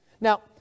Now